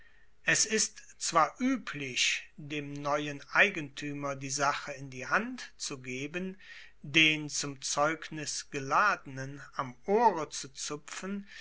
es ist zwar ueblich dem neuen eigentuemer die sache in die hand zu geben den zum zeugnis geladenen am ohre zu zupfen